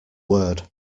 word